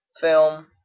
film